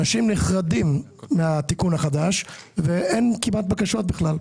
אנשים נחרדים מהתיקון החדש, ואין בקשות כמעט בכלל.